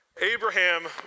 Abraham